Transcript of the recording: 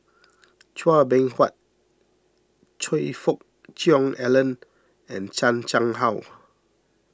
Chua Beng Huat Choe Fook Cheong Alan and Chan Chang How